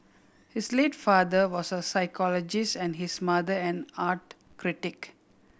his late father was a psychologist and his mother an art critic